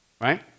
Right